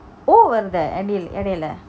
கோவம் வருதஎய் இடையில:kovam varuhtey idaiyula